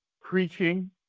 preaching